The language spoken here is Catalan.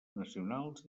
nacionals